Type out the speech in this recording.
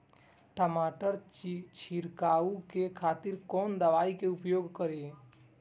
टमाटर छीरकाउ के खातिर कोन दवाई के उपयोग करी?